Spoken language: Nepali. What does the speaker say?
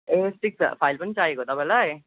ए स्टिक फाइल पनि चाहिएको तपाईँलाई